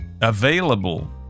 available